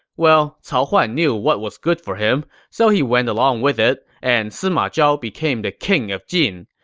well, cao huan knew what was good for him, so he went along with it, and sima zhao became the king of jin.